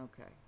okay